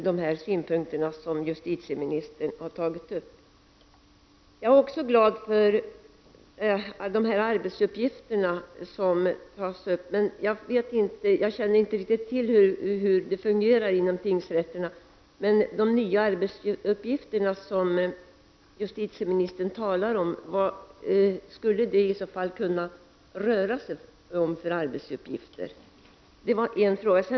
Det gläder mig också att i svaret kunna läsa om de nya arbetsuppgifter som personalen vid domstolarna kan få. Jag känner inte till hur det fungerar på tingsrätterna och undrar därför vilka arbetsuppgifter det kan röra sig om.